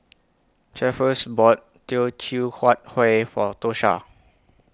Cephus bought Teochew Huat Kueh For Tosha